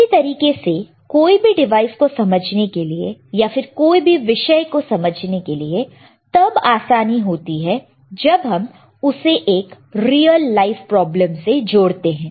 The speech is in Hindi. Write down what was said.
उसी तरीके से कोई भी डिवाइस को समझने के लिए या फिर कोई भी विषय को समझने के लिए तब आसानी होती है जब हम उसे एक रियल लाइफ प्रॉब्लम से जोड़ते हैं